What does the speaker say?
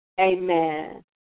Amen